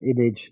image